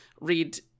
read